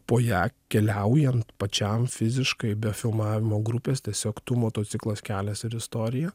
po ją keliaujant pačiam fiziškai be filmavimo grupės tiesiog tu motociklas kelias ir istorija